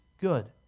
good